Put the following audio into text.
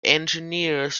engineers